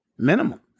Minimum